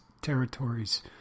territories